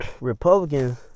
Republicans